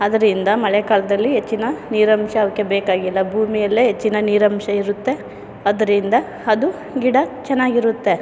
ಅದರಿಂದ ಮಳೆಗಾಲದಲ್ಲಿ ಹೆಚ್ಚಿನ ನೀರಂಶ ಅವಲ್ಲೆ ಬೇಕಾಗಿಲ್ಲ ಭೂಮಿಯಲ್ಲೇ ಹೆಚ್ಚಿನ ನೀರಂಶ ಇರುತ್ತೆ ಅದರಿಂದ ಅದು ಗಿಡ ಚೆನ್ನಾಗಿರುತ್ತೆ